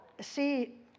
see